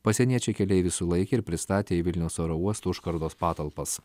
pasieniečiai keleivį sulaikė ir pristatė į vilniaus oro uosto užkardos patalpas